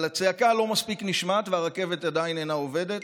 אבל הצעקה לא מספיק נשמעת והרכבת עדיין אינה עובדת,